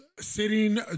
Sitting